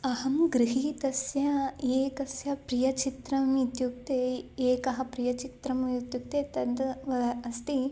अहं गृहीतस्य एकस्य प्रियं चित्रम् इत्युक्ते एकं प्रियं चित्रम् इत्युक्ते तद् अस्ति